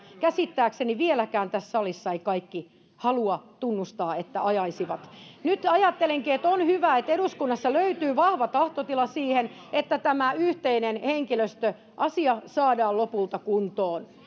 käsittääkseni vieläkään tässä salissa eivät kaikki halua tunnustaa että ajaisivat sitä nyt ajattelenkin että on hyvä että eduskunnassa löytyy vahva tahtotila siihen että tämä yhteinen henkilöstöasia saadaan lopulta kuntoon